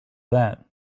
that